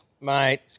Mate